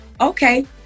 okay